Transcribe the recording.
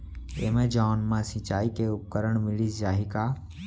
Amazon मा सिंचाई के उपकरण मिलिस जाही का?